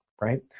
right